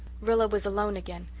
rilla was alone again,